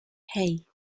hey